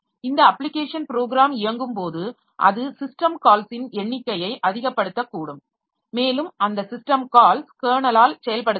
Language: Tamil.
இந்த அப்ளிகேஷன் ப்ரோக்ராம் இயங்கும்போது அது சிஸ்டம் கால்ஸின் எண்ணிக்கையை அதிகபடுத்தக்கூடும் மேலும் அந்த சிஸ்டம் கால்ஸ் கெர்னலால் செயல்படுத்தப்படும்